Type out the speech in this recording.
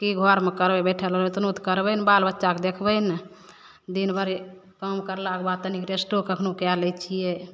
कि घरमे करबय बैठल एतनो तऽ करबय ने बाल बच्चाके देखबय ने दिनभरि काम करलाके बाद तनिक रेस्टो कखनो कए लै छियै